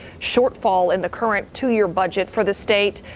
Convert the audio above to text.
shortfall in the current two-year budget for the state.